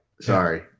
Sorry